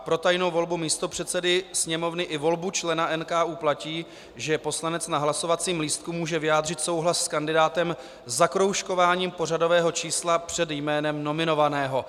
Pro tajnou volbu místopředsedy Sněmovny i volbu člena NKÚ platí, že poslanec na hlasovacím lístku může vyjádřit souhlas s kandidátem zakroužkováním pořadového čísla před jménem nominovaného.